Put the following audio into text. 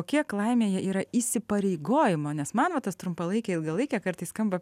o kiek laimėje yra įsipareigojimo nes man va tas trumpalaikė ilgalaikė kartais skamba